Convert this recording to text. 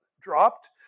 dropped